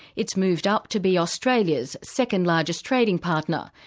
it's moved up to be australia's second-largest trading partner,